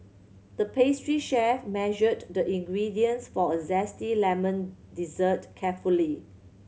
the pastry chef measured the ingredients for a zesty lemon dessert carefully